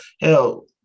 hell